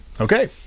Okay